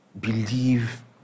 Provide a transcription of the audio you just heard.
Believe